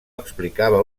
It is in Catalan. explicava